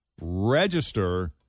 register